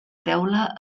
teula